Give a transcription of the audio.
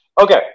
Okay